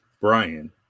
Brian